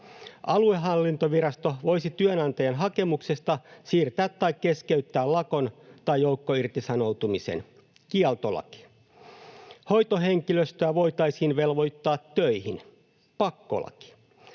Aluehallintovirasto voisi työnantajan hakemuksesta siirtää tai keskeyttää lakon tai joukkoirtisanoutumisen — kieltolaki. Hoitohenkilöstöä voitaisiin velvoittaa töihin — pakkolaki.